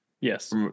yes